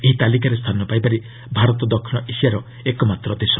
ଏହି ତାଲିକାରେ ସ୍ଥାନ ପାଇବାରେ ଭାରତ ଦକ୍ଷିଣ ଏସିଆର ଏକମାତ୍ର ଦେଶ